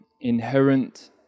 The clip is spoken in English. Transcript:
inherent